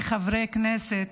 כחברי כנסת,